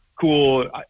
cool